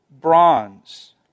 bronze